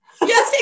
Yes